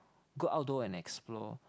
go outdoor and explore